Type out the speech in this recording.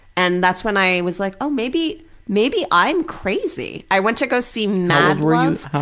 and that's when i was like, oh, maybe maybe i'm crazy. i went to go see mad love. how